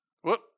Whoop